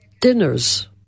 dinners